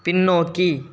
பின்னோக்கி